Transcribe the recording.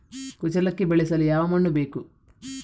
ಕುಚ್ಚಲಕ್ಕಿ ಬೆಳೆಸಲು ಯಾವ ಮಣ್ಣು ಬೇಕು?